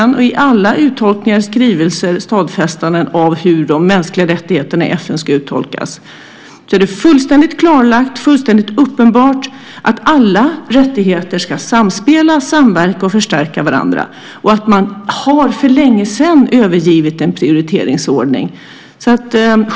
I FN och i alla uttolkningar, skrivelser och stadfästelser av hur de mänskliga rättigheterna i FN ska uttolkas är det fullständigt klarlagt och fullständigt uppenbart att alla rättigheter ska samspela, samverka och förstärka varandra. Och man har för länge sedan övergett en prioriteringsordning.